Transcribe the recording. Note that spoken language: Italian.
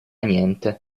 niente